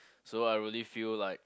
so I really feel like